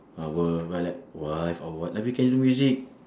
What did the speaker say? our wi~ like wife or what like we can use music